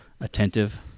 attentive